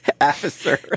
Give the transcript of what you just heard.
officer